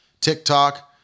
TikTok